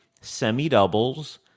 semi-doubles